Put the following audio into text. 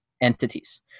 entities